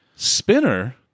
Spinner